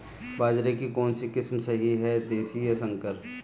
बाजरे की कौनसी किस्म सही हैं देशी या संकर?